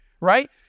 Right